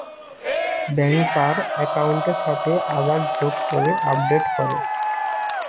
ব্যাংকার একাউন্টের সাথে আধার যোগ করে আপডেট করে